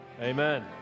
Amen